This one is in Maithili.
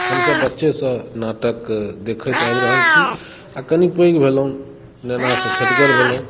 हमसब बच्चे सॅं नाटक देखैत आबि रहल छी आ कनी पैघ भेलहुॅं नेना सॅं छेटगर भेलहुॅं